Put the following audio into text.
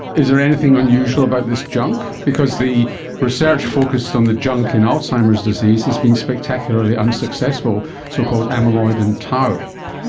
is there anything unusual about this junk? because the research focused on the junk in alzheimer's disease has been spectacularly unsuccessful, so-called amyloid and tau.